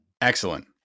Excellent